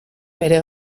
bere